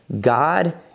God